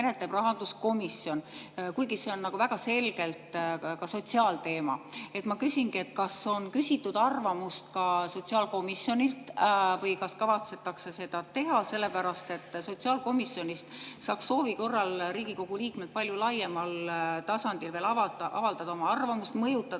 menetleb rahanduskomisjon, kuigi see on väga selgelt sotsiaalteema. Ma küsingi, kas on küsitud arvamust ka sotsiaalkomisjonilt või kas kavatsetakse seda teha. Sellepärast, et sotsiaalkomisjonist saaks soovi korral Riigikogu liikmed veel palju laiemal tasandil avaldada oma arvamust, mõjutada